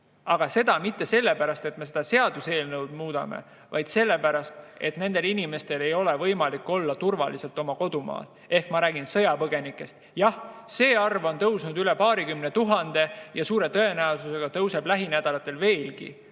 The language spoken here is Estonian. aga mitte sellepärast, et me seda seaduseelnõu muudame, vaid sellepärast, et nendel inimestel ei ole võimalik olla turvaliselt oma kodumaal. Ma räägin sõjapõgenikest. Jah, nende arv on tõusnud üle paarikümne tuhande ja suure tõenäosusega tõuseb see lähinädalatel veelgi.